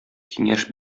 киңәш